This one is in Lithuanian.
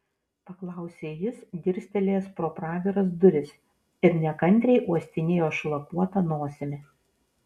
paklausė jis dirstelėjęs pro praviras duris ir nekantriai uostinėjo šlakuota nosimi